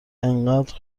انقدر